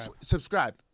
Subscribe